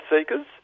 seekers